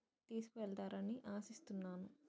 తీసుకువెళతారని ఆశిస్తున్నాను